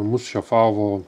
mus šefavo